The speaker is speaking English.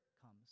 comes